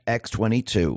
x22